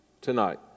tonight